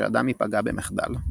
שאדם ייפגע במחדל".